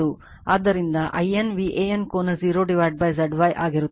ಆದ್ದರಿಂದ I n VAN ಕೋನ 0 Z Y ಆಗಿರುತ್ತದೆ